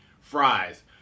fries